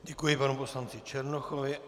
Děkuji panu poslanci Černochovi.